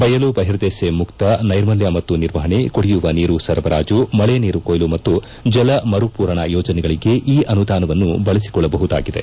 ಬಯಲು ಬಹಿರ್ದೆಸೆ ಮುಕ್ತ ನೈರ್ಮಲ್ಯ ಮತ್ತು ನಿರ್ವಪಣೆ ಕುಡಿಯುವ ನೀರು ಸರಬರಾಜು ಮಳೆ ನೀರು ಕೊಯ್ಲು ಮತ್ತು ಜಲ ಮರು ಪೂರಣ ಯೋಜನೆಗಳಿಗೆ ಈ ಅನುದಾನವನ್ನು ಬಳಸಿಕೊಳ್ಳಬಹುದಾಗಿದೆ